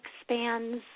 expands